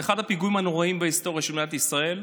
אחד הפיגועים הנוראים בהיסטוריה של מדינת ישראל.